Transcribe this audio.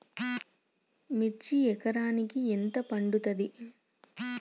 మిర్చి ఎకరానికి ఎంత పండుతది?